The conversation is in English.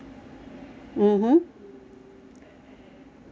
mmhmm yup